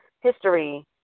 history